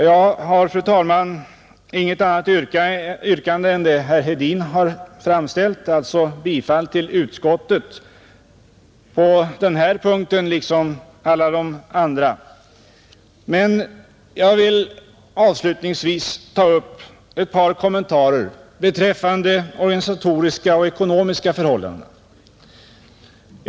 Jag har, fru talman, inget annat yrkande än det som herr Hedin ställde, alltså bifall till utskottets hemställan på denna punkt liksom på de andra övriga punkterna. Avslutningsvis vill jag göra några kommentarer beträffande de organisatoriska och ekonomiska förhållandena.